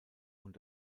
und